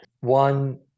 one